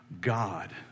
God